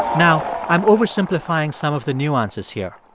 now, i'm oversimplifying some of the nuances here.